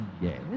Yes